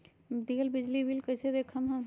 दियल बिजली बिल कइसे देखम हम?